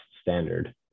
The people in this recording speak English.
standard